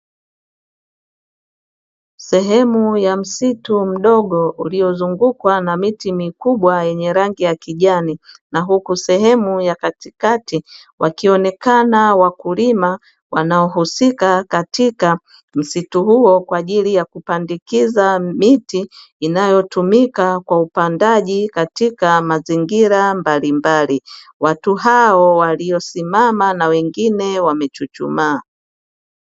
Sehemu ya msitu mdogo uliozungukwa na miti mikubwa yenye rangi ya kijani, na huku sehemu ya katikati wakionekana wakulima wanao husika katika msitu huo, kwa ajiri ya kupandikiza miti inayotumika kwa upandaji katika mazingira mbalimbali. Watu hao walio simama na wengine wamechuchumaa.